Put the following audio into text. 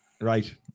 Right